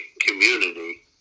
community